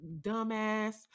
Dumbass